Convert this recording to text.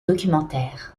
documentaire